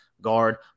guard